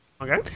Okay